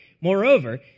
moreover